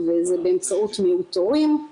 וזה נושא כפל הקצבאות.